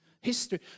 History